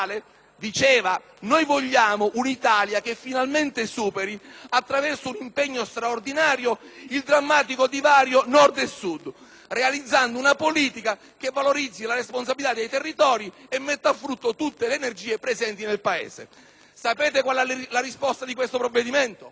Si legge: «Noi vogliamo un'Italia che finalmente superi, attraverso un impegno straordinario, il drammatico divario tra Nord e Sud, realizzando una politica che valorizzi la responsabilità dei territori e metta a frutto tutte le energie presenti nel Paese». Sapete qual è la risposta di questo provvedimento?